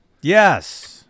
yes